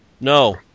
no